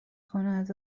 کند